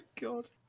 God